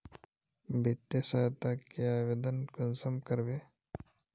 वित्तीय सहायता के आवेदन कुंसम करबे?